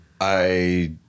I-